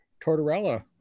Tortorella